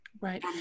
Right